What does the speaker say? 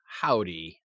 howdy